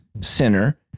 Sinner